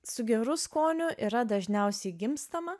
su geru skoniu yra dažniausiai gimstama